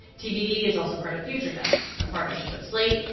tbd is also part of future tense, a partnership of slate,